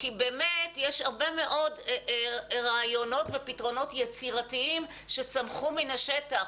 כי באמת יש הרבה מאוד רעיונות ופתרונות יצירתיים שצמחו מן השטח,